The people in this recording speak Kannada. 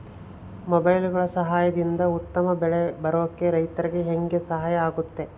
ಮೊಬೈಲುಗಳ ಸಹಾಯದಿಂದ ಉತ್ತಮ ಬೆಳೆ ಬರೋಕೆ ರೈತರಿಗೆ ಹೆಂಗೆ ಸಹಾಯ ಆಗುತ್ತೆ?